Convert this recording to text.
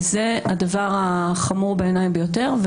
וזה הדבר החמור בעיניי ביותר.